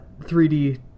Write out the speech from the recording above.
3D